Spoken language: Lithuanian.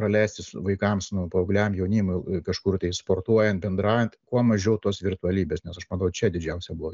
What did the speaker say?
praleisti su vaikams nu paaugliam jaunimui kažkur tai sportuojant bendraujant kuo mažiau tos virtualybės nes aš matau čia didžiausią blogį